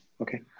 Okay